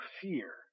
fear